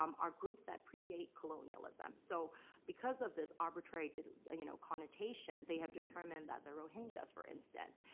um are groups that predate colonialism. so because of this arbitrary you know connotation, they have determined that the rohingyas, for instance,